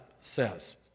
says